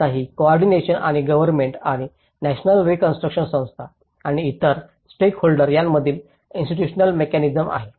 आता ही कोऑर्डिनेशन आणि गव्हर्नमेंट आणि नॅशनल रीकॉन्स्ट्रुकशन संस्था आणि इतर स्टेकहोल्डर्स यांच्यामधील इन्स्टिट्यूशनल मेकॅनिसम्स आहे